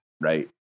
right